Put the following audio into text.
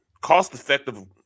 cost-effective